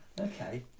Okay